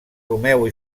romeu